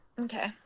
Okay